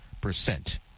percent